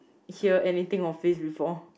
hear anything of this before